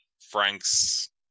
frank's